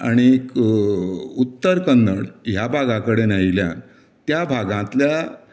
आनीक उत्तर कन्नड ह्या भागां कडेन आयिल्ल्यान त्या भागांतल्या